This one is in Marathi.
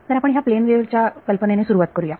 तर आपण ह्या प्लेन वेव्ह च्या कल्पनेने सुरुवात करुया